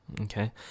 Okay